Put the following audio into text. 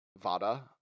Vada